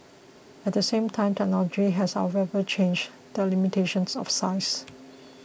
at the same time technology has however changed the limitations of size